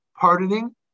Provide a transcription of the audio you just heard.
pardoning